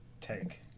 take